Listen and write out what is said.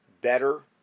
better